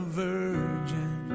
virgin